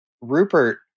Rupert